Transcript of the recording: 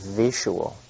visual